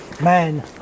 man